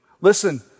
Listen